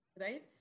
right